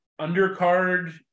undercard